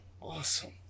Awesome